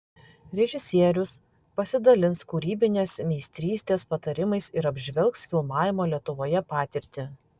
režisierius pasidalins kūrybinės meistrystės patarimais ir apžvelgs filmavimo lietuvoje patirtį